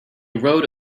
rode